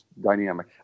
dynamic